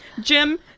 jim